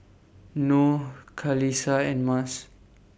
Noh Khalisa and Mas